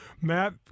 Matt